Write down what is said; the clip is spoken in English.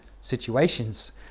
situations